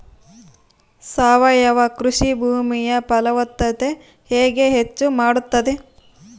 ಸಾವಯವ ಕೃಷಿ ಭೂಮಿಯ ಫಲವತ್ತತೆ ಹೆಂಗೆ ಹೆಚ್ಚು ಮಾಡುತ್ತದೆ?